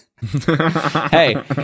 Hey